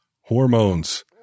hormones